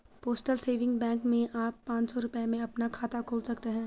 postal saving bank में आप पांच सौ रूपये में अपना खाता खोल सकते हैं